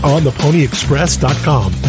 OnThePonyExpress.com